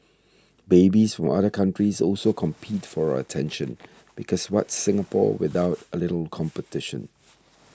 babies from other countries also compete for our attention because what's Singapore without a little competition